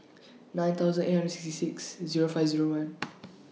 nine thousand eight hundred sixty six Zero five Zero one